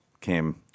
came